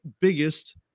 biggest